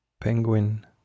penguin